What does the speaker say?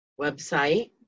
website